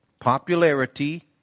popularity